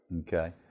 Okay